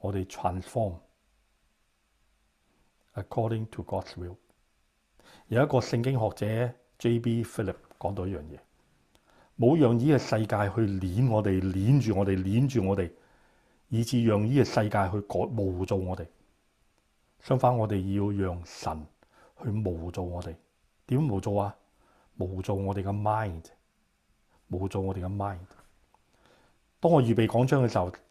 我哋transform according to God's will。有一个圣经学者J.B. Phillips讲到一样嘢：冇让呢个世界去捻我哋、捻住我哋、捻住我哋，以致让呢个世界去改-冒造我哋。相反，我哋要让神去冒造我哋。点冒造啊？冒造我哋嘅mind。冒造我哋嘅mind。当我预备讲章嘅时候，